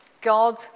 God